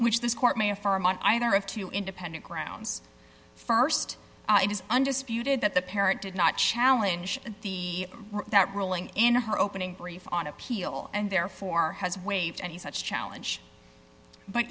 which this court may affirm on either of two independent grounds st it is undisputed that the parent did not challenge the that ruling in her opening brief on appeal and therefore has waived any such challenge but